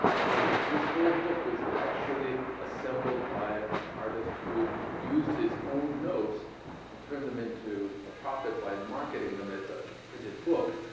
so this this whole book was actually assembled by an artist who used his own notes and turned them into a profit by marketing them as ah a printed book.